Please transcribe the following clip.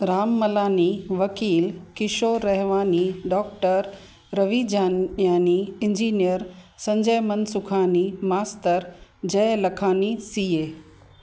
राम मलानी वकील Kishore Rahwani doctor Ravi Janyani engineer Sanjay Mansukhani मास्तर Jay Lakhani CA